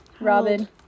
Robin